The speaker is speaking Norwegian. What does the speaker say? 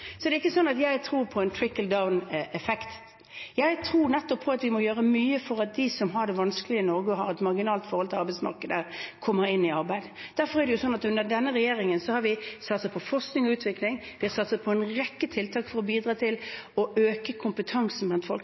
Så det er ikke slik at jeg tror på en «trickle down»-effekt. Jeg tror nettopp på at vi må gjøre mye for at de som har det vanskelig i Norge og har et marginalt forhold til arbeidsmarkedet, kommer inn i arbeid. Derfor er det slik at under denne regjeringen har vi satset på forskning og utvikling, vi har satset på en rekke tiltak for å bidra til å øke kompetansen blant folk.